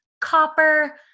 copper